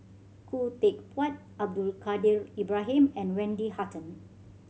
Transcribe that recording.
Khoo Teck Puat Abdul Kadir Ibrahim and Wendy Hutton